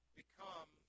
become